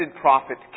prophet